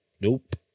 Nope